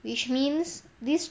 which means this